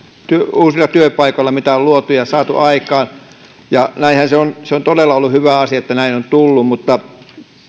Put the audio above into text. uusilla työpaikoilla joita on luotu ja saatu aikaan ja näinhän se on se on todella ollut hyvä asia että niitä on tullut mutta